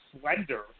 slender